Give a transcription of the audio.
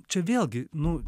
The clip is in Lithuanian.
čia vėlgi nu